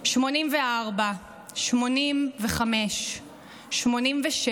84, 85, 86,